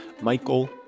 Michael